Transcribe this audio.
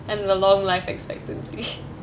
and the long life expectancy